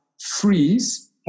freeze